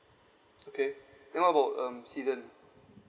okay then what about um season